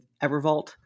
Evervault